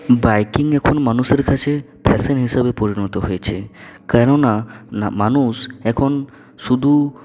biking এখন মানুষের কাছে ফ্যাশান হিসাবে পরিণত হয়েছে কেননা মানুষ এখন শুধু